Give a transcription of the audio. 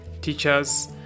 teachers